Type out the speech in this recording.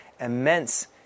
immense